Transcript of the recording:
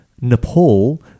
Nepal